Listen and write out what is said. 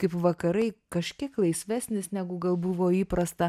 kaip vakarai kažkiek laisvesnis negu gal buvo įprasta